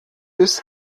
ist